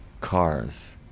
Cars